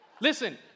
Listen